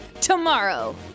tomorrow